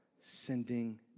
sending